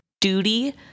duty